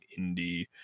indie